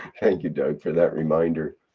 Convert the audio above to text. thank you doug for that reminder.